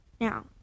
Now